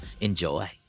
Enjoy